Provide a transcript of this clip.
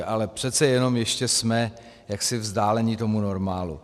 Ale přece jenom ještě jsme vzdáleni tomu normálu.